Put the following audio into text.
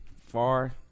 Far